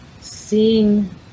seeing